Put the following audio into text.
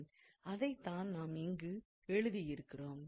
அதைத் தான் நாம் இங்கு எழுதியிருக்கிறோம்